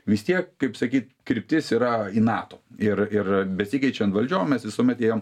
vis tiek kaip sakyt kryptis yra į nato ir ir besikeičiant valdžiom mes visuomet ėjom